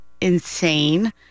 insane